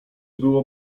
było